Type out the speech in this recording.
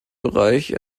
bereich